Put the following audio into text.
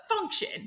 function